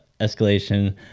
escalation